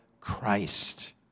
Christ